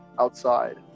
outside